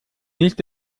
nicht